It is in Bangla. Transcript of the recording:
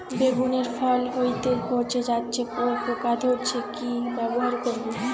বেগুনের ফল হতেই পচে যাচ্ছে ও পোকা ধরছে কি ব্যবহার করব?